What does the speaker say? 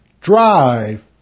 drive